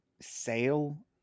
sale